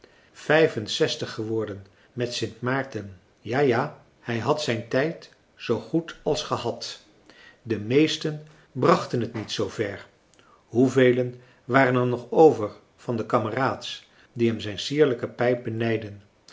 zestig geworden met sint maarten ja ja hij had zijn tijd zoo goed als gehad de meesten brachten het niet zoover hoevelen waren er nog over van de kameraads die hem zijn sierlijke pijp benijdden